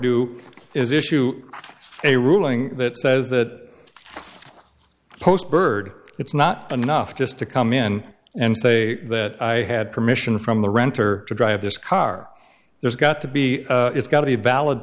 do is issue a ruling that says that post bird it's not enough just to come in and say that i had permission from the renter to drive this car there's got to be it's got to be valid